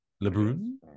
Lebrun